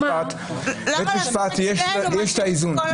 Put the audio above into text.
בבית המשפט יש את האיזון --- למה